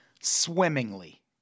Swimmingly